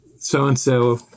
so-and-so